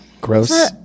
Gross